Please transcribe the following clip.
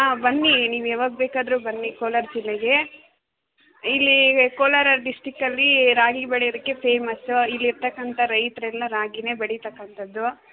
ಹಾಂ ಬನ್ನಿ ನೀವು ಯಾವಾಗ ಬೇಕಾದರೂ ಬನ್ನಿ ಕೋಲಾರ ಜಿಲ್ಲೆಗೆ ಇಲ್ಲಿ ಕೋಲಾರ ಡಿಸ್ಟಿಕಲ್ಲಿ ರಾಗಿ ಬೆಳಿಯೋದಕ್ಕೆ ಫೇಮಸ್ಸು ಇಲ್ಲಿ ಇರತಕ್ಕಂಥ ರೈತರೆಲ್ಲ ರಾಗಿನೆ ಬೆಳಿತಕ್ಕಂತದ್ದು